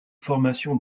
formation